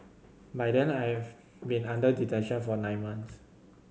by then I have been under detention for nine months